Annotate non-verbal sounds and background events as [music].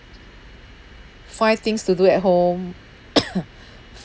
find things to do at home [coughs]